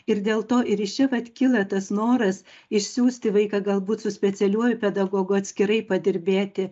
ir dėl to ir iš čia vat kyla tas noras išsiųsti vaiką galbūt su specialiuoju pedagogu atskirai padirbėti